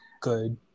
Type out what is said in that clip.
good